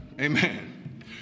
amen